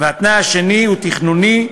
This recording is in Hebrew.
התנאי השני הוא תכנוני,